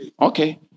Okay